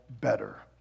better